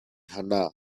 hannah